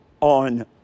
on